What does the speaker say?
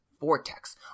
Vortex